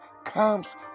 comes